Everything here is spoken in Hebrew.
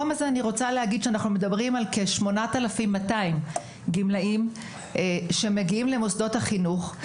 אנחנו מדברים על כ-8,200 גמלאים שמגיעים למוסדות החינוך.